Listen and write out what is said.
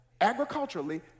agriculturally